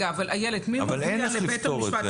אבל אין איך לפתור את זה.